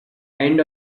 end